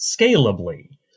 scalably